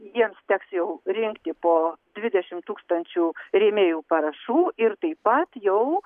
jiems teks jau rinkti po dvidešimt tūkstančių rėmėjų parašų ir taip pat jau